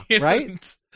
right